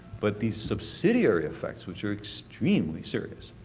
but the subsidiary effects, which are extremely serious.